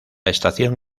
estación